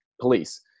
police